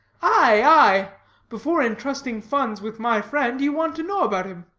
aye, aye before intrusting funds with my friend, you want to know about him.